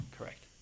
Correct